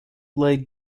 lay